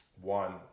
one